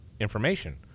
information